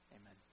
Amen